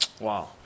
Wow